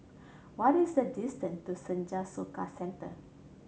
what is the distance to Senja Soka Centre